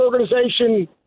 organization